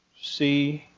see